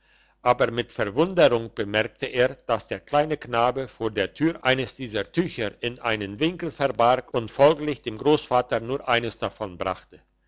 aber mit verwunderung bemerkte er dass der kleine knabe vor der tür eines dieser tücher in einen winkel verbarg und folglich dem grossvater nur eines davon brachte